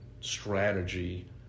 strategy